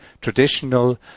traditional